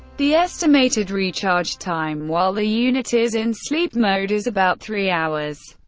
the estimated recharge time while the unit is in sleep mode is about three hours.